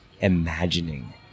imagining